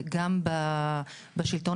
גם כראש עיריית דימונה וגם כסגן יושב-ראש השלטון